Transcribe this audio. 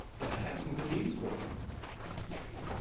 then i have some good news for you maybe.